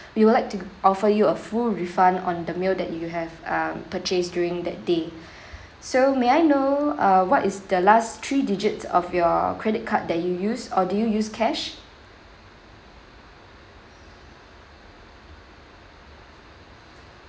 we would like to offer you a full refund on the meal that you have um purchased during that day so may I know uh what is the last three digits of your credit card that you used or did you use cash